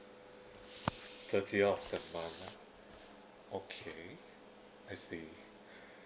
thirtieth of the month ah okay I see